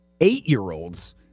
eight-year-olds